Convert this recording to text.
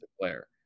player